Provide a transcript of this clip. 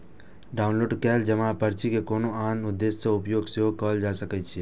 download कैल जमा पर्ची के कोनो आन उद्देश्य सं उपयोग सेहो कैल जा सकैए